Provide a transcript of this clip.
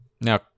Now